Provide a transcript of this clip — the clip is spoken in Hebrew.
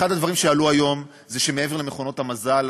אחד הדברים שעלו היום זה שמעבר למכונות המזל,